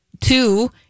Two